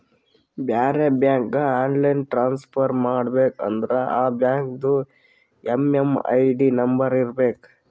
ಬೇರೆ ಬ್ಯಾಂಕ್ಗ online transfer ಮಾಡಬೇಕ ಅಂದುರ್ ಆ ಬ್ಯಾಂಕ್ದು ಎಮ್.ಎಮ್.ಐ.ಡಿ ನಂಬರ್ ಇರಬೇಕ